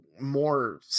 more